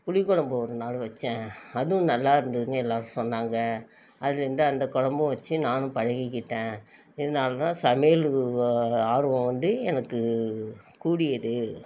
புளி குழம்பு ஒரு நாள் வைச்சேன் அதுவும் நல்லாயிருந்ததுன் எல்லாம் சொன்னாங்க அதுலேருந்து அந்த குழம்பும் வெச்சு நானும் பழகிக்கிட்டேன் இதனால் தான் சமையலுக்கு ஆர்வம் வந்து எனக்கு கூடியது